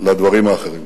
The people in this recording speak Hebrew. על הדברים האחרים.